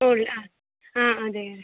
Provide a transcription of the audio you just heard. ഫുള്ളോ ആ അതെ അതെ